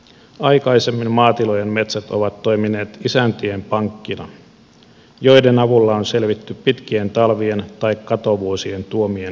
aikaisemmin maatilojen metsät ovat toimineet isäntien pankkina ja niiden avulla on selvitty pitkien talvien tai katovuosien tuomien pettymysten yli